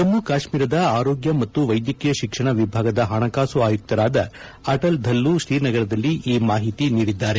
ಜಮ್ಮು ಕಾಶ್ಟ್ರೀರದ ಆರೋಗ್ಯ ಮತ್ತು ವೈದ್ಯಕೀಯ ಶಿಕ್ಷಣ ವಿಭಾಗದ ಹಣಕಾಸು ಆಯುಕ್ತರಾದ ಅಟಲ್ ಧಲ್ಲು ಶ್ರೀನಗರದಲ್ಲಿ ಈ ಮಾಹಿತಿ ನೀಡಿದ್ದಾರೆ